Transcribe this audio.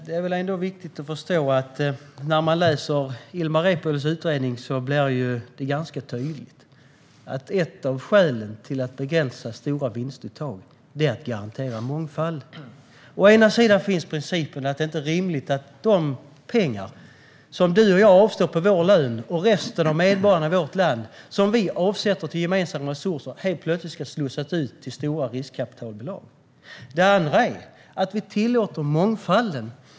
Herr talman! Det är viktigt att förstå, och i Ilmar Reepalus utredning blir det ganska tydligt, att ett av skälen till att begränsa stora vinstuttag är att garantera mångfalden. Å ena sidan finns principen att det inte är rimligt att de pengar som du och jag och resten av medborgarna i vårt land avstår av vår lön, som vi avsätter till gemensamma resurser, helt plötsligt ska slussas ut till stora riskkapitalbolag. Å andra sidan tillåter vi mångfalden.